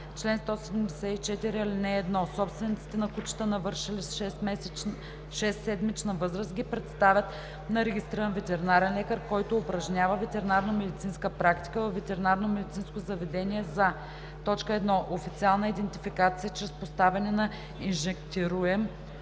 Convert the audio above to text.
„Чл. 174. (1) Собствениците на кучета, навършили 6-седмична възраст, ги представят на регистриран ветеринарен лекар, който упражнява ветеринарномедицинска практика във ветеринарномедицинско заведение за: 1. официална идентификация чрез поставяне на инжектируем